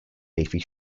leafy